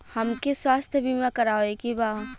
हमके स्वास्थ्य बीमा करावे के बा?